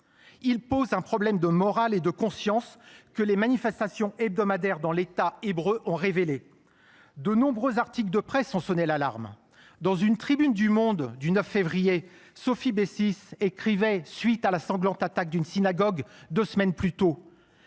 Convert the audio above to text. pose un problème de morale et de conscience que les manifestations hebdomadaires dans l’État hébreu ont révélé. De nombreux articles de presse ont sonné l’alarme. Dans une tribune du journal, datée du 9 février dernier, Sophie Bessis écrivait, à la suite de la sanglante attaque d’une synagogue, intervenue deux semaines plus tôt